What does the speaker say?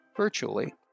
Virtually